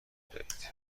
دهید